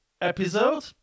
episode